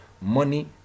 money